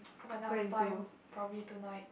by night of time probably tonight